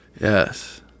Yes